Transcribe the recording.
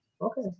Okay